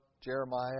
Jeremiah